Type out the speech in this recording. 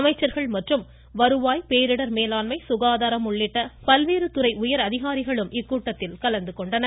அமைச்சர்கள் மற்றும் வருவாய் பேரிடர் மேலாண்மை சுகாதாரம் உள்ளிட்ட பல்வேறு துறைகளின் உயர்அதிகாரிகளும் இதில் கலந்து கொண்டனர்